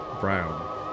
Brown